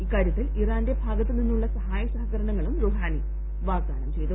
ഇക്കാരൃത്തിൽ ഇറാന്റെ ഭാഗത്ത് നിന്നുള്ള സഹായ സഹകരണങ്ങളും റൂഹാനി വാദ്ഗാനം ചെയ്തു